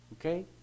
okay